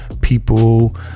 people